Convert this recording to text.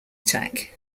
attack